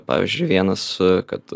pavyzdžiui vienas kad